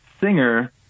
singer